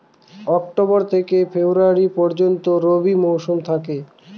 October থেকে February পর্যন্ত রবি মৌসুম থাকে